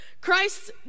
Christ